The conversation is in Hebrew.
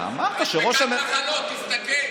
אמרת שראש הממשלה, הפצת מחלות, תסתכל.